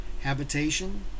Habitation